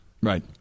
Right